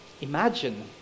imagine